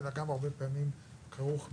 אלא גם הרבה פעמים כרוך בליווי.